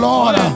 Lord